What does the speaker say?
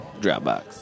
Dropbox